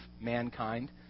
mankind